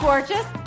Gorgeous